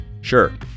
sure